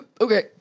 okay